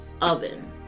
oven